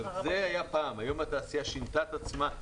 זה היה פעם, היום התעשייה שינתה את עצמה.